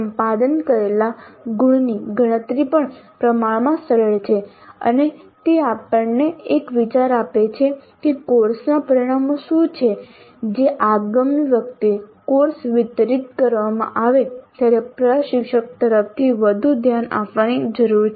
સંપાદન કરેલા ગુણની ગણતરી પણ પ્રમાણમાં સરળ છે અને તે આપણને એક વિચાર આપે છે કે કોર્સના પરિણામો શું છે જે આગામી વખતે કોર્સ વિતરિત કરવામાં આવે ત્યારે પ્રશિક્ષક તરફથી વધુ ધ્યાન આપવાની જરૂર છે